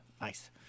nice